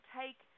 take